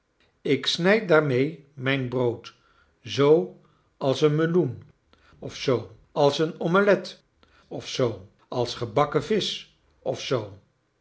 ik snijd duarmee mijn brood zoo als een meioen of zoo als een omelet of zoo als gebakken visch of zoo